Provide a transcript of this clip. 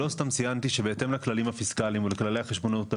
לא סתם ציינתי שבהתאם למדיניות הפיסקלית ובהתאם לחשבונאות הלאומית,